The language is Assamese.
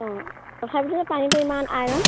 অঁ তথাপিতো পানীটো ইমান আইৰণ